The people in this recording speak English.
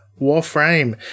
warframe